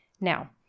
Now